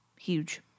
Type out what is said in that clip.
huge